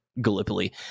Gallipoli